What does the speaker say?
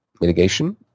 mitigation